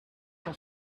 cent